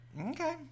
Okay